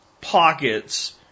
pockets